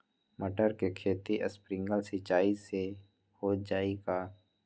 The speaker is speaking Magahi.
मटर के खेती स्प्रिंकलर सिंचाई से हो जाई का?